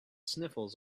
sniffles